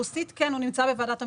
רוסית כן, הוא נמצא בוועדת המדרוג.